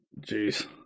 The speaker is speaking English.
Jeez